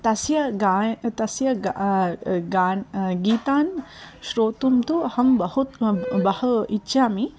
तस्य गाय् तस्य ग गानं गीतानि श्रोतुं तु अहं बहु बहु इच्छामि